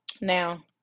Now